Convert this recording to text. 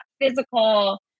physical